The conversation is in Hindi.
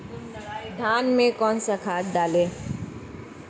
धान में कौन सा खाद डालें?